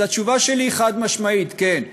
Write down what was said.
אז התשובה שלי חד-משמעית: כן,